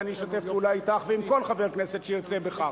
ואני אשתף פעולה אתך ועם כל חבר כנסת שירצה בכך.